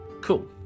cool